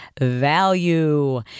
value